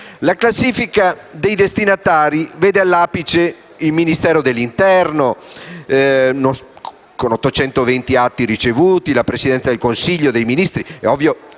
La classifica dei destinatari vede all'apice il Ministero dell'interno con 820 atti ricevuti, quindi la Presidenza del Consiglio dei ministri